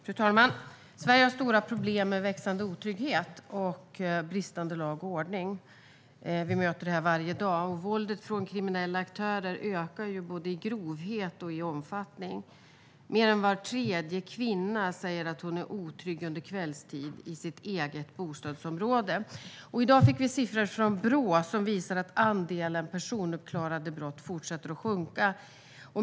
Fru talman! Sverige har stora problem med växande otrygghet och bristande lag och ordning. Vi möter detta varje dag. Kriminella aktörers våld blir både grövre och mer omfattande. Mer än var tredje kvinna säger att hon är otrygg under kvällstid i sitt eget bostadsområde. I dag fick vi siffror från Brå, som visar att andelen personuppklarade brott fortsätter att sjunka.